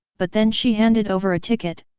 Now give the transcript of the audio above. but then she handed over a ticket,